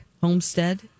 homestead